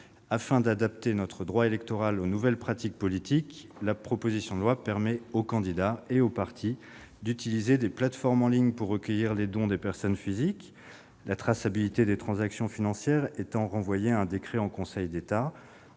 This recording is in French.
Afin d'adapter notre droit électoral aux nouvelles pratiques politiques, la proposition de loi permet aux candidats et aux partis politiques d'utiliser des plateformes en ligne pour recueillir les dons des personnes physiques, la traçabilité des transactions financières étant renvoyée à un décret en Conseil d'État.